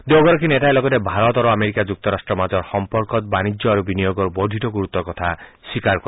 দুয়োগৰাকী নেতাই লগতে ভাৰত আৰু আমেৰিকা যুক্তৰাট্টৰ মাজৰ সম্পৰ্কত বাণিজ্য আৰু বিনিয়োগৰ বৰ্ধিত গুৰুত্বৰ কথা স্বীকাৰ কৰে